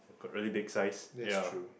got really big size yeah